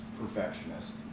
perfectionist